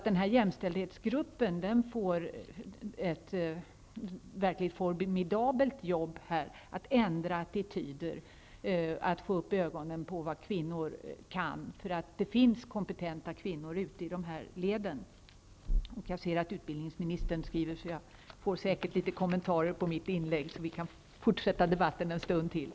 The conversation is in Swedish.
Den här jämställdhetsgruppen får ett verkligt formidabelt jobb med att ändra attityder, att få upp mäns ögon för vad kvinnor kan, då det finns kompetenta kvinnor ute i leden. Jag ser att utbildningsministern skriver, och jag får säkert några kommentarer till mitt inlägg så att vi kan fortsätta debatten en stund till.